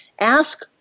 Ask